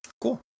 Cool